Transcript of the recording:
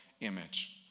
image